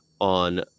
on